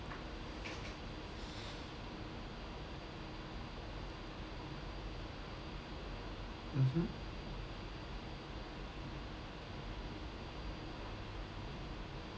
mmhmm